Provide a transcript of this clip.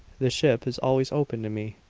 the ship is always open to me.